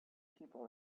people